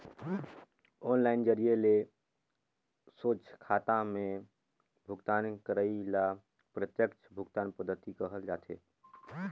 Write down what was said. online जरिए ले सोझ खाता में भुगतान करई ल प्रत्यक्छ भुगतान पद्धति कहल जाथे